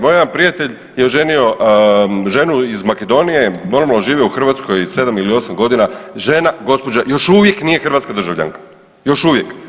Moj jedan prijatelj je oženio ženu iz Makedonije, normalno žive u Hrvatskoj 7 ili 8.g., žena gospođa još uvijek nije hrvatska državljanka, još uvijek.